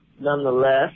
Nonetheless